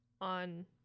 on